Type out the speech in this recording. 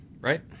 right